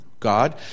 God